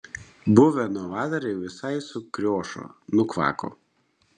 buvę novatoriai visai sukriošo nukvako